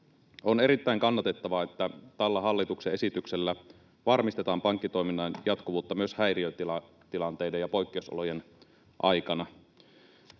On erittäin kannatettavaa, että tällä hallituksen esityksellä varmistetaan pankkitoiminnan jatkuvuutta myös häiriötilantilanteiden ja poikkeusolojen aikana.